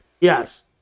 Yes